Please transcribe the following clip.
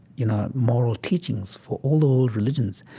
you know, moral teachings for all the world religions.